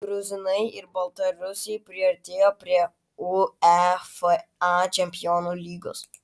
gruzinai ir baltarusiai priartėjo prie uefa čempionų lygos